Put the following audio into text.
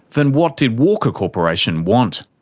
then what did walker corporation want?